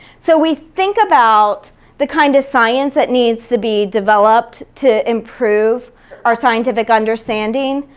so we think about the kind of science that needs to be developed to improve our scientific understanding,